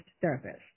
therapist